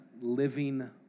living